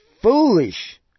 foolish